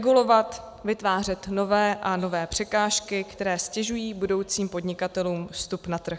Regulovat, vytvářet nové a nové překážky, které ztěžují budoucím podnikatelům vstup na trh.